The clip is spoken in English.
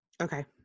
Okay